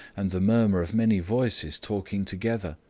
and the murmur of many voices talking together.